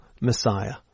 Messiah